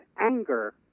anger